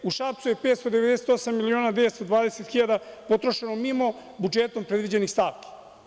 U Šapcu je 598 miliona 920 hiljada potrošeno mimo budžetom predviđenih stavki.